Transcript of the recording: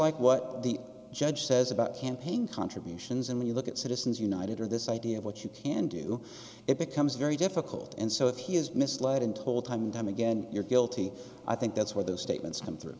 like what the judge says about campaign contributions and when you look at citizens united or this idea of what you can do it becomes very difficult and so if he is misled into told time and time again you're guilty i think that's where those statements come through